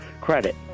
credit